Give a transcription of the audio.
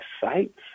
sites